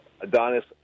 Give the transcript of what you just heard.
Adonis